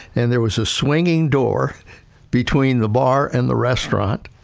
and there was a swinging door between the bar and the restaurant.